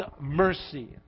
mercy